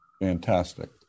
Fantastic